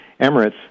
Emirates